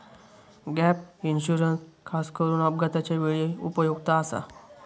gap insurance खासकरून अपघाताच्या वेळी उपयुक्त आसा